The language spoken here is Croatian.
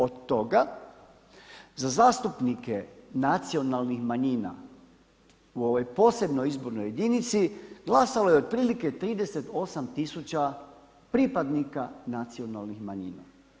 Od toga za zastupnike nacionalnih manjina u ovoj posebnoj izbornoj jedinici glasalo je otprilike 38 tisuća pripadnika nacionalnih manjina.